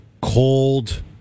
cold